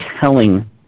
telling